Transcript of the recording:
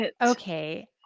Okay